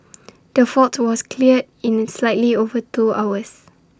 the fault was cleared in slightly over two hours